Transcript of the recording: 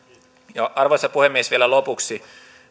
arvoisa puhemies vielä lopuksi